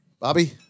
Bobby